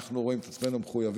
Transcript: אנחנו רואים את עצמנו מחויבים.